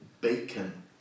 bacon